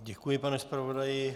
Děkuji, pane zpravodaji.